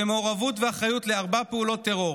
במעורבות ואחריות לארבע פעולות טרור,